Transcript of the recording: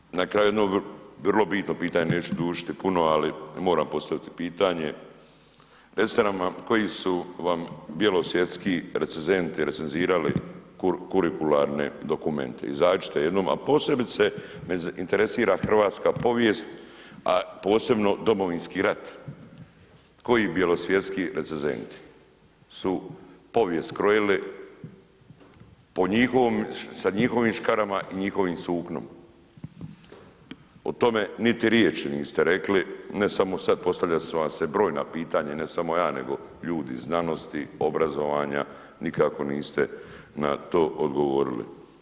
Recite nam na kraju jedno vrlo bitno pitanje, neću dužiti puno, ali moram postaviti pitanje, recite nam koji su vam bjelosvjetski recenzenti recenzirali kurikularne dokumente, izađite jednom, a posebice me interesira hrvatska povijest, a posebno domovinski rat, koji bjelosvjetski recenzenti su povijest skrojili, po njihovom, sa njihovim škarama i njihovim suknom, o tome niti riječi niste rekli, ne samo sad, postavljala su vam se brojna pitanja, ne samo ja nego ljudi iz znanosti, obrazovanja, nikako niste na to odgovorili.